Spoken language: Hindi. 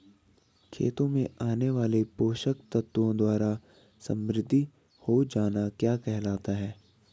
खेतों में आने वाले पोषक तत्वों द्वारा समृद्धि हो जाना क्या कहलाता है?